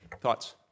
thoughts